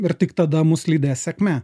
ir tik tada mus lydės sėkmė